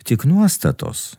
tik nuostatos